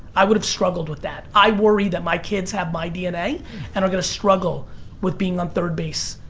i would have struggled with that. i worry that my kids have my dna and are going to struggle with being on third base.